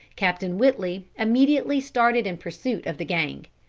captain whitley immediately started in pursuit of the gang.